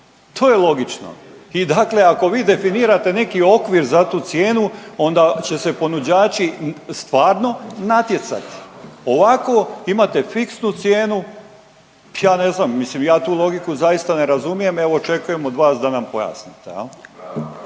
to je logično i dakle ako vi definirate neki okvir za tu cijenu onda će se ponuđači stvarno natjecati, ovako imate fiksnu cijenu, ja ne znam, mislim ja tu logiku zaista ne razumijem, evo očekujem od vas da nam pojasnite,